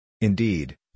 Indeed